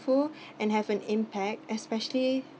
~ful and have an impact especially